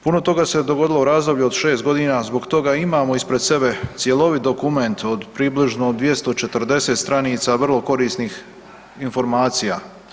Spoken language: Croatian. Puno toga se dogodilo u razdoblju od 6.g., zbog toga imamo ispred sebe cjelovit dokument od približno 240 stranica vrlo korisnih informacija.